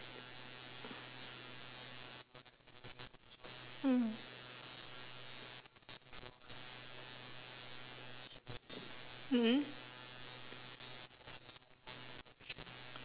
hmm mm mm